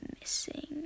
missing